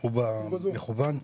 הוא ב-זום.